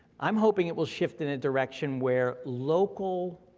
i'm hoping it will shift in a direction where local